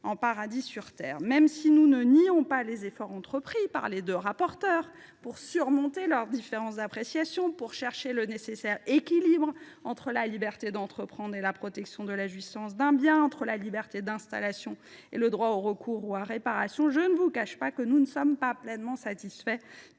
en paradis sur terre. Même si nous ne nions pas les efforts entrepris par les deux rapporteures pour surmonter leurs différences d’appréciation et pour chercher le nécessaire équilibre entre la liberté d’entreprendre et la protection de la jouissance d’un bien, entre la liberté d’installation et le droit au recours ou à réparation, je ne vous cache pas que nous ne sommes pas pleinement satisfaits